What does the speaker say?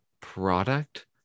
product